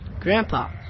Grandpa